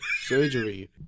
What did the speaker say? Surgery